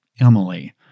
Emily